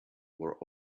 were